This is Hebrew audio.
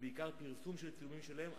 ובעיקר פרסום של צילומים שלהם,